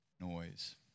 noise